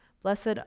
Blessed